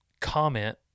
comment